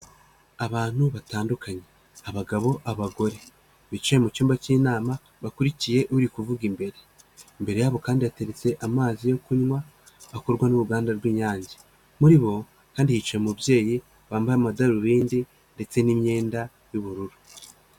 Abantu batandukanye, abagabo, abagore, bicaye mu cyumba k'inama bakurikiye uri kuvuga imbere, imbere yabo kandi yateretse amazi yo kunywa akorwa n'uruganda rw'Inyange, muri bo kandi yicaye umubyeyi wambaye amadarubindi ndetse n'imyenda y'ubururu.